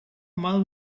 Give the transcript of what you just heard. mal